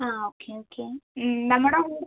ആ okay okay നമ്മുടെ കൂടെ